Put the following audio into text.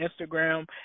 Instagram